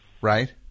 Right